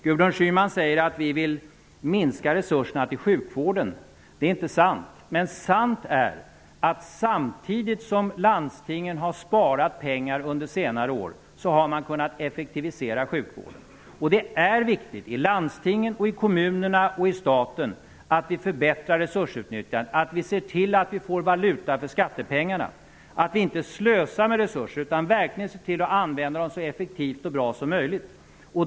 Gudrun Schyman sade att vi vill minska resurserna till sjukvården. Det är inte sant. Men det är sant att samtidigt som landstingen under senare år har sparat pengar har man kunnat effektivisera sjukvården. Det är viktigt -- i landstingen, i kommunerna och i staten -- att vi förbättrar resursutnyttjandet, att vi ser till att vi får valuta för skattepengarna, att vi inte slösar med resurser utan verkligen använder dem så effektivt och bra som möjligt.